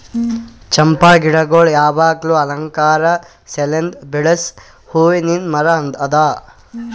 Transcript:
ಚಂಪಾ ಗಿಡಗೊಳ್ ಯಾವಾಗ್ಲೂ ಅಲಂಕಾರ ಸಲೆಂದ್ ಬೆಳಸ್ ಹೂವಿಂದ್ ಮರ ಅದಾ